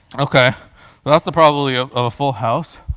ok. well that's the probability ah of a full house.